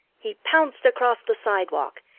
he pounced across the sidewalk,